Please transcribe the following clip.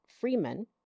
Freeman